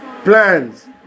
plans